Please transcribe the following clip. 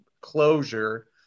closure